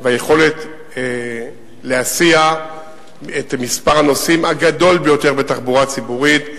היכולת להסיע את מספר הנוסעים הגדול ביותר בתחבורה הציבורית,